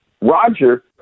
Roger